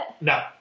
No